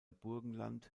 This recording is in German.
burgenland